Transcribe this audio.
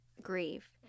grieve